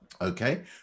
okay